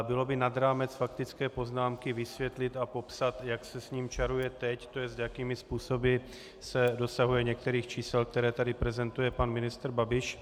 Bylo by nad rámec faktické poznámky vysvětlit a popsat, jak se s ním čaruje teď, to jest jakými způsoby se dosahuje některých čísel, které tady prezentuje pan ministr Babiš.